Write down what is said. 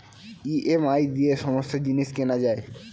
EMI দিয়ে সমস্ত জিনিস কেনা যায়